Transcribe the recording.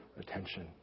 attention